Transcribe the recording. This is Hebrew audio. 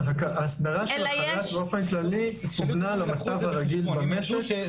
ההסדרה של חל"ת באופן כללי כוונה למצב הרגיל במשק.